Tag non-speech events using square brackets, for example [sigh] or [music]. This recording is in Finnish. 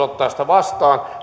[unintelligible] ottaa sitä vastaan [unintelligible]